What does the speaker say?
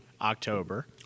October